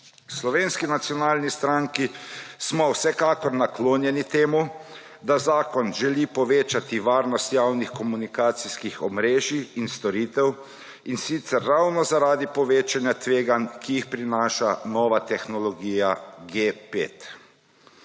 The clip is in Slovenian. Slovenski nacionalni stranki smo vsekakor naklonjeni temu, da zakon želi povečati varnost javnih komunikacijskih omrežij in storitev, in sicer ravno zaradi povečanja tveganj, ki jih prinaša nova tehnologija 5G.